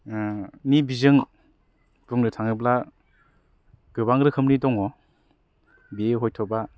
नि बिजों बुंनो थाङोब्ला गोबां रोखोमनि दङ बि हयथ' बा